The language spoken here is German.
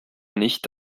nicht